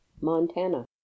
Montana